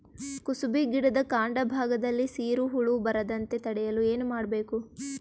ಕುಸುಬಿ ಗಿಡದ ಕಾಂಡ ಭಾಗದಲ್ಲಿ ಸೀರು ಹುಳು ಬರದಂತೆ ತಡೆಯಲು ಏನ್ ಮಾಡಬೇಕು?